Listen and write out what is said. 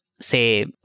say